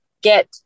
get